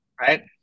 right